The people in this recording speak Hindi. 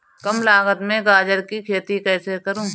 कम लागत में गाजर की खेती कैसे करूँ?